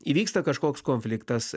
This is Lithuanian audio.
įvyksta kažkoks konfliktas